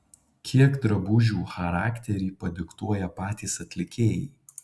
kiek drabužių charakterį padiktuoja patys atlikėjai